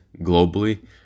globally